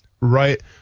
right